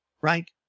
right